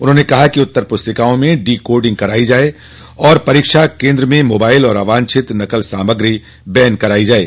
उन्होंने कहा कि उत्तर प्रस्तिकाओं में डी कोडिंग करवाई जाये और परीक्षा केन्द्र में मोबाइल एवं अवांछित नकल सामग्री बैन कराई जाये